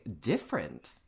different